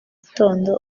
gitondo